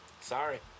Sorry